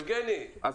יבגני, בסדר.